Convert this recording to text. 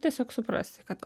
tiesiog suprasi kad